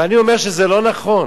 ואני אומר שזה לא נכון,